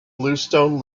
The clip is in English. bluestone